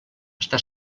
està